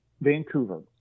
Vancouver